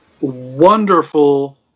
wonderful